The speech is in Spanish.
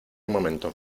momento